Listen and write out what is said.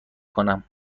کنم